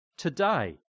Today